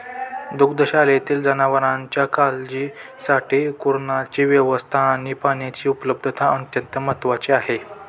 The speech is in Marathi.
दुग्धशाळेतील जनावरांच्या काळजीसाठी कुरणाची व्यवस्था आणि पाण्याची उपलब्धता अत्यंत महत्त्वाची आहे